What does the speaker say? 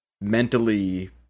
mentally